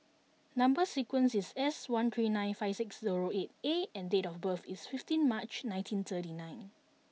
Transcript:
number sequence is S one three nine five six zero eight A and date of birth is fifteen March nineteen thirty nine